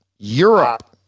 Europe